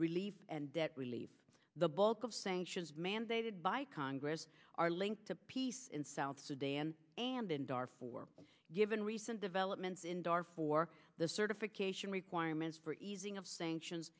relief and debt relief the bulk of sanctions mandated by congress are linked to peace in south sudan and in dar for given recent developments in dar for the certification requirements for easing of sanctions